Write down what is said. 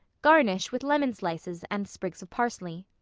garnish with lemon slices and sprigs of parsley.